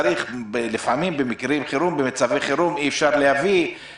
אם צריך לפעמים במצבי חירום כשאי אפשר להביא את העצור,